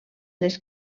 les